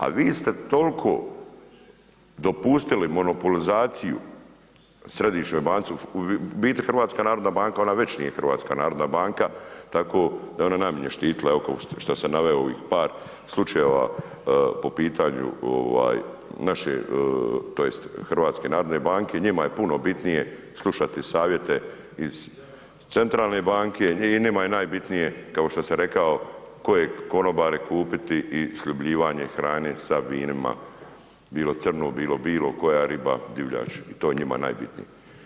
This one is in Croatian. A vi ste toliko dopustili monopolizaciju Središnjoj banci, u biti HNB ova već nije Hrvatska narodna banka, tako da je ona najmanje štitila i oko što sam naveo par slučajeva po pitanju naše tj. HNB-a, njima je puno bitnije slušati savjete iz Centralne banke i njima je najbitnije kao što sam rekao, koje konobare kupiti i sljubljivanje hrane sa vinima, bilo crno, bilo bijelo, koja riba, divljač, i to je njima najbitnije.